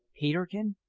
peterkin,